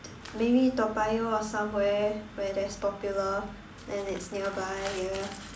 maybe Toa Payoh or somewhere where there's Popular and it's nearby ya